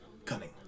Cunning